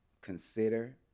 consider